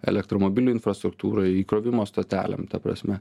elektromobilių infrastruktūrai įkrovimo stotelėm ta prasme